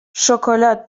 شکلات